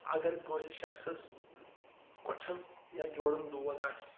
اگر کٲنٛسہِ شخصَس کۄٹھٮ۪ن یا جوڑُن دود آسہِ